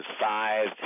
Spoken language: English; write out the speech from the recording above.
five